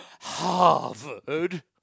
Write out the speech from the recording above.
Harvard